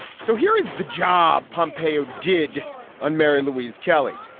so here is the job. pompeo did on mary louise kelly.